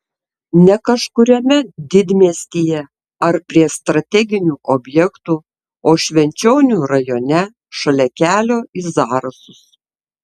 ne kažkuriame didmiestyje ar prie strateginių objektų o švenčionių rajone šalia kelio į zarasus